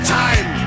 time